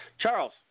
Charles